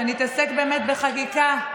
שנתעסק באמת בחקיקה.